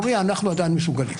לכנסת,